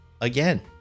again